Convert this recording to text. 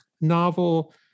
novel